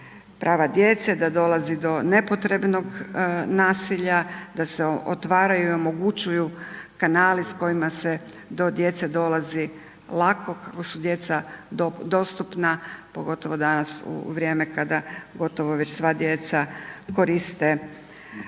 prava djece, da dolazi do nepotrebnog nasilja, da se otvaraju i omogućuju kanali s kojima se do djece dolazi lako, kako su djeca dostupna, pogotovo danas u vrijeme kada gotovo već sva djeca koriste